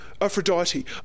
Aphrodite